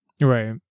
right